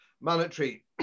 monetary